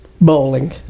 Bowling